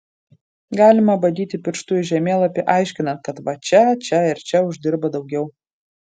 galima badyti pirštu į žemėlapį aiškinant kad va čia čia ir čia uždirba daugiau